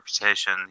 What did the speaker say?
reputation